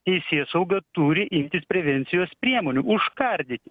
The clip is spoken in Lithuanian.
teisėsauga turi imtis prevencijos priemonių užkardyti